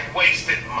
wasted